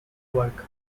work